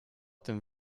tym